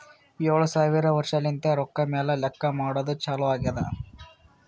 ಏಳು ಸಾವಿರ ವರ್ಷಲಿಂತೆ ರೊಕ್ಕಾ ಮ್ಯಾಲ ಲೆಕ್ಕಾ ಮಾಡದ್ದು ಚಾಲು ಆಗ್ಯಾದ್